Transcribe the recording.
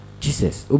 Jesus